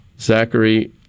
Zachary